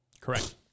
Correct